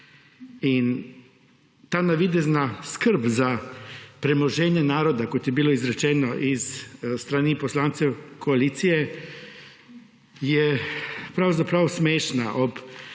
In ta navidezna skrb za premoženje naroda, kot je bilo izrečeno iz strani poslancev koalicije, je pravzaprav smešna ob teh